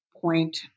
point